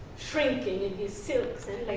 shrinking in his silks